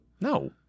No